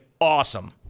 awesome